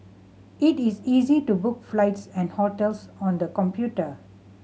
it is easy to book flights and hotels on the computer